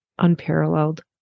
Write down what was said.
unparalleled